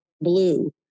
blue